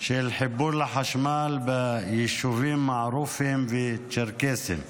של חיבור לחשמל ביישובים המערופיים והצ'רקסיים.